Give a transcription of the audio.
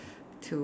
to